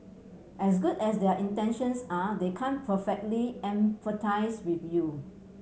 as good as their intentions are they can't perfectly empathise with you